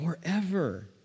forever